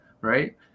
right